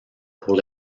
pour